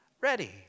ready